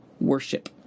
Worship